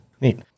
Neat